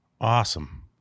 awesome